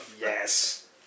Yes